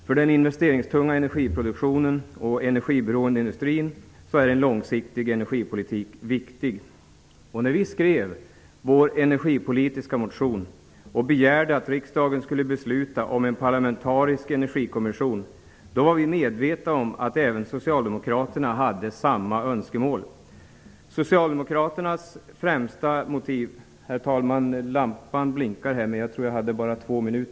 För den investeringstunga energiproduktionen och den energiberoende industrin är en långsiktig energipolitik viktig. När vi skrev vår energipolitiska motion, och begärde att riksdagen skulle besluta om en parlamentarisk energikommission, var vi medvetna om att även Socialdemokraterna hade samma önskemål.